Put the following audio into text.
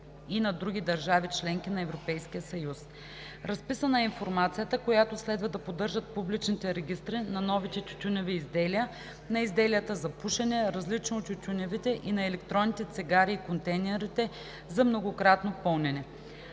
и на другите държави – членки на Европейския съюз. Разписана е информацията, която следва да поддържат публичните регистри на новите тютюневи изделия, на изделията за пушене, различни от тютюневите, и на електронните цигари и контейнерите за многократно пълнене.